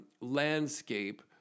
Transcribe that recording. landscape